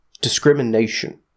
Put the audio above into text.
discrimination